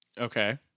Okay